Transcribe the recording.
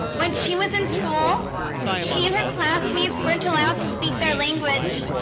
when she was in school she and her classmates weren't allowed to speak their language